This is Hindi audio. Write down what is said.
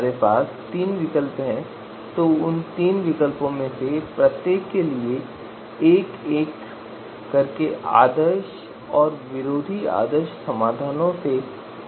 इसलिए विकल्प एन पंक्तियों पर दिखाए जाते हैं क्योंकि हम एन विकल्पों पर विचार कर रहे हैं और मानदंड एम कॉलम पर दिखाए जाते हैं क्योंकि हम एम मानदंड पर विचार कर रहे हैं